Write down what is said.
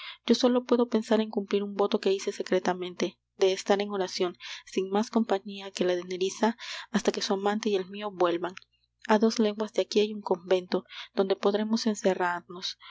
yo sólo puedo pensar en cumplir un voto que hice secretamente de estar en oracion sin más compañía que la de nerissa hasta que su amante y el mio vuelvan a dos leguas de aquí hay un convento donde podremos encerramos